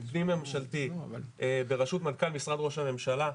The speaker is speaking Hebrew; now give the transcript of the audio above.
פנים ממשלתי, ברשות מנכ"ל משרד ראש הממשלה,